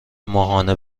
ماهانه